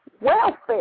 Welfare